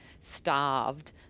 starved